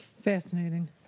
Fascinating